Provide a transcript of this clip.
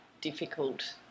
difficult